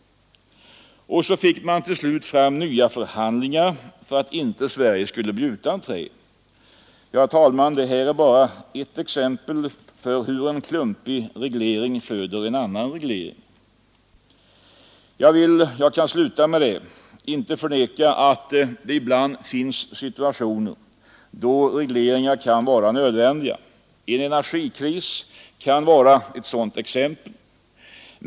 Så fick man till slut ta till nya förhandlingar för att inte Sverige skulle bli utan trä. Detta, herr talman, är bara ett exempel på hur en klumpig reglering föder en annan reglering. Jag vill — och jag kan sluta med det — inte förneka att det ibland finns situationer då regleringar kan vara nödvändiga. En energikris kan vara ett sådant exempel.